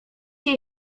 jej